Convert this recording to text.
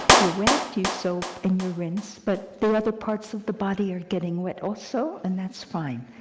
you wet, you soap, and you rinse but the other parts of the body are getting wet also, and that's fine.